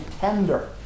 tender